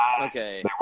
okay